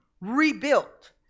rebuilt